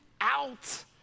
out